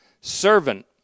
Servant